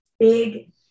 Big